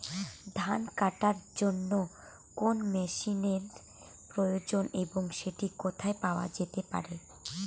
ধান কাটার জন্য কোন মেশিনের প্রয়োজন এবং সেটি কোথায় পাওয়া যেতে পারে?